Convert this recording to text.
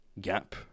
gap